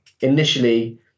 initially